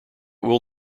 will